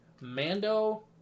mando